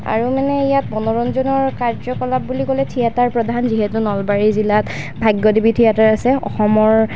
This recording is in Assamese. আৰু মানে ইয়াত মনোৰঞ্জনৰ কাৰ্যকলাপ বুলি ক'লে থিয়েটাৰ এটা প্ৰধান যিহেতু নলবাৰী জিলাত ভাগ্যদেৱী থিয়েটাৰ আছে অসমৰ